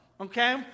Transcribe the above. okay